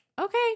okay